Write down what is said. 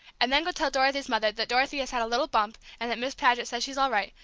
and then go tell dorothy's mother that dorothy has had a little bump, and that miss paget says she's all right,